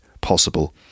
possible